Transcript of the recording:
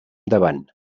davant